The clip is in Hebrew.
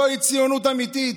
זוהי ציונות אמיתית,